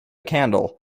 candle